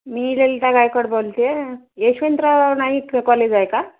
मी ललिता गायकवाड बोलतेय यशवंतराव नाईक कॉलेज आहे का